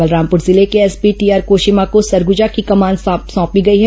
बलरामपुर जिले के SP TR Koshima को सरगुजा की कमान सौंपी गई है